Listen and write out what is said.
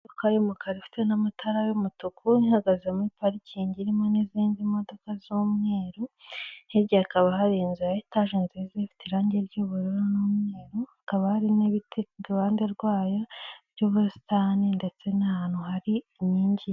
Imodoka y'umukara ifite n'amatara y'umutuku ihagaze muri parikingi irimo n'izindi modoka z'umweru, hirya hakaba hari inzu ya etaje nziza ifite irange ry'ubururu n'umweru, hakaba hari n'ibiti iruhande rwayo by'ubusitani ndetse n'ahantu hari inkingi.